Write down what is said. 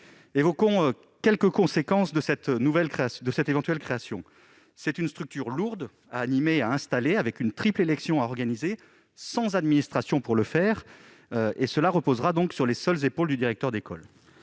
Évoquons quelques conséquences de cette éventuelle création. C'est une structure lourde à installer et à animer, une triple élection devant être organisée, sans administration pour le faire. Ce travail reposera donc de fait sur les seules épaules du directeur d'école.